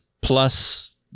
plus